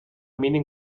mínim